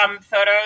photos